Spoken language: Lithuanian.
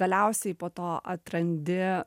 galiausiai po to atrandi